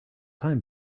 time